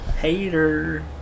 hater